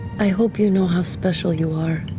i hope you know how special you are.